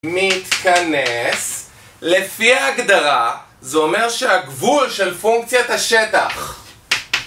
מתכנס לפי ההגדרה זה אומר שהגבול של פונקציית השטח